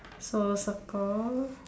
so circle